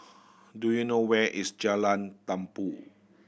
do you know where is Jalan Tambur